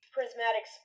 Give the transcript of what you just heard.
Prismatic